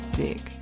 dick